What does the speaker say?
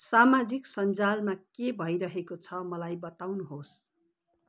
सामाजिक सञ्जालमा के भइरहेको छ मलाई बताउनुहोस्